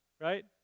Right